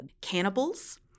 cannibals